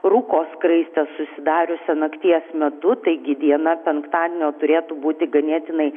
rūko skraistę susidariusią nakties metu taigi diena penktadienio turėtų būti ganėtinai